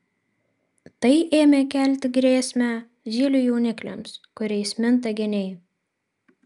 tai ėmė kelti grėsmę zylių jaunikliams kuriais minta geniai